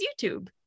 YouTube